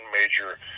major